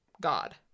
God